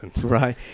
Right